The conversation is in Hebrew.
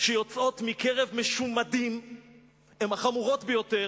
שיוצאות מקרב משומדים הן החמורות ביותר,